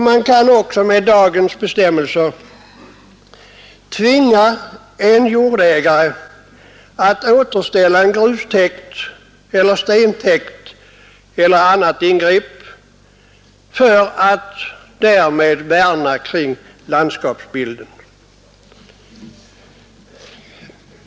Man kan också med dagens bestämmelser tvinga en jordägare att återställa en grustäkt eller stentäkt eller annat ingrepp för att därmed värna landskapsbilden.